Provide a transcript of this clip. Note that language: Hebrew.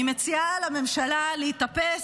אני מציעה לממשלה להתאפס,